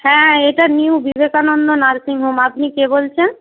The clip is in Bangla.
হ্যাঁ এটা নিউ বিবেকানন্দ নার্সিং হোম আপনি কে বলছেন